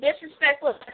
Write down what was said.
disrespectful